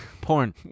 Porn